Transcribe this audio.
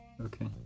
Okay